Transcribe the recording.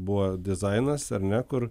buvo dizainas ar ne kur